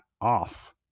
off